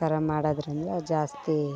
ಆ ಥರ ಮಾಡೋದ್ರಿಂದ ಜಾಸ್ತಿ